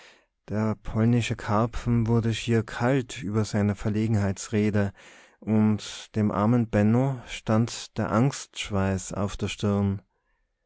der polnische karpfen wurde schier kalt über seiner verlegenheitsrede und dem armen benno stand der angstschweiß auf der stirn